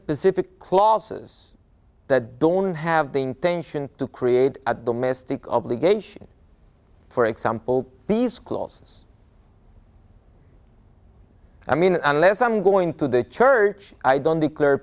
specific clauses that don't have the intention to create a domestic obligation for example the schools i mean unless i'm going to the church i don't declare